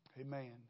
amen